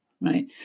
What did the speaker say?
right